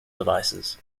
devices